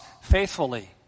faithfully